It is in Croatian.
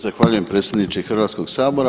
Zahvaljujem predsjedniče Hrvatskog sabora.